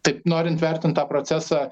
taip norint vertint tą procesą